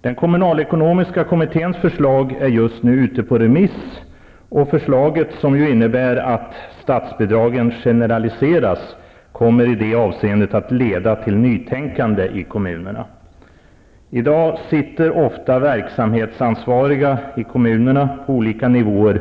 Den kommunalekonomiska kommitténs förslag är just nu ute på remiss. Förslaget, som ju innebär att statsbidragen generaliseras, kommer i det avseendet att leda till nytänkande i kommunerna. I dag sitter ofta verksamhetsansvariga på olika nivåer i kommunerna